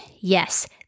Yes